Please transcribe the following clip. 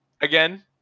again